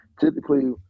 typically